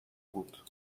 بود